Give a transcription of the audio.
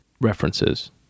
references